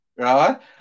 right